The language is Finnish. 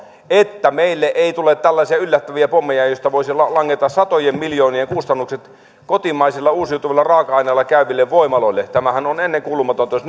että meille ei tule tällaisia yllättäviä pommeja joista voisi langeta satojen miljoonien kustannukset kotimaisilla uusiutuvilla raaka aineilla käyville voimaloille tämähän on ennenkuulumatonta jos